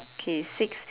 okay six